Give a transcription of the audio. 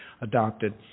adopted